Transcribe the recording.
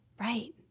Right